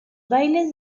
bailes